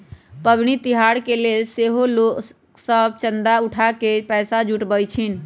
पबनि तिहार के लेल सेहो लोग सभ चंदा उठा कऽ पैसा जुटाबइ छिन्ह